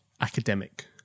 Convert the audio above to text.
academic